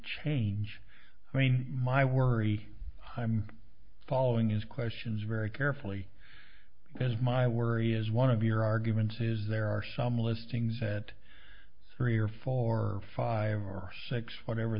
change i mean my worry i'm following his questions very carefully because my worry is one of your arguments is there are some listings that three or four or five or six whatever